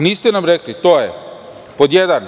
Niste nam rekli, pod jedan,